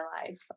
life